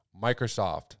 microsoft